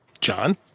John